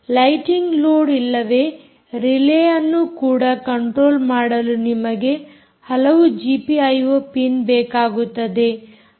lighting load ಇಲ್ಲವೇ relay ಅನ್ನು ಕೂಡ ಕಂಟ್ರೋಲ್ ಮಾಡಲು ನಿಮಗೆ ಹಲವು ಜಿಪಿಐಓ ಪಿನ್ ಬೇಕಾಗುತ್ತದೆ